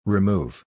Remove